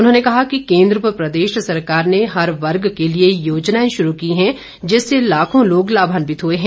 उन्होंने कहा कि केंद्र व प्रदेश सरकार ने हर वर्ग के लिए योजनाएं शुरू की हैं जिससे लाखों लोग लाभान्वित हुए हैं